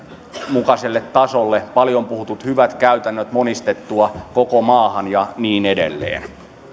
mukaiselle tasolle paljon puhutut hyvät käytännöt monistettua koko maahan ja niin edelleen